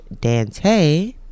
Dante